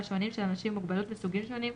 שונים של אנשים עם מוגבלות מסוגים שונים,